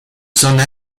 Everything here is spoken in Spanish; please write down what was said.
zona